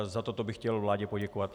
Za toto bych chtěl vládě poděkovat.